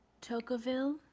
Tocqueville